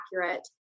accurate